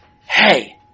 Hey